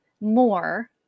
more